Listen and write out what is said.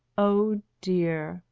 oh dear!